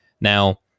Now